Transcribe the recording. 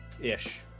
ish